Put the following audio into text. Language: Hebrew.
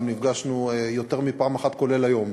גם נפגשנו יותר מפעם אחת, כולל היום.